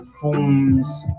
forms